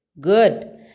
Good